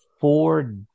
four